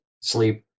sleep